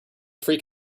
freak